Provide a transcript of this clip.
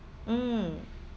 mm